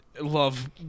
love